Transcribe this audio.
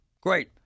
Great